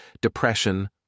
depression